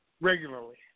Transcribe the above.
regularly